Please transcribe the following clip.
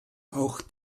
auch